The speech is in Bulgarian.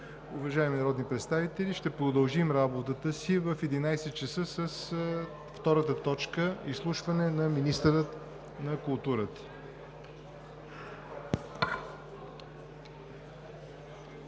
Уважаеми народни представители, ще продължим работата си в 11,00 ч. с втората точка – Изслушване на министъра на културата.